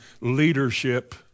leadership